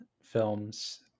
films